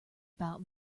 about